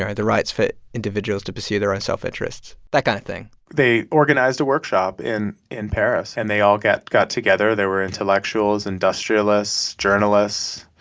and the rights for individuals to pursue their own self-interests, that kind of thing they organized a workshop in in paris, and they all got got together. there were intellectuals, industrialists, journalists,